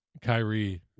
Kyrie